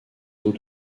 eaux